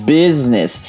business